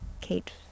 Kate